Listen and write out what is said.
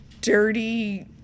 dirty